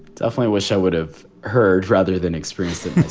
definitely wish i would have heard rather than experienced it yeah,